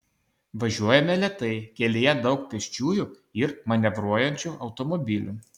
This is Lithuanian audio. važiuojame lėtai kelyje daug pėsčiųjų ir manevruojančių automobilių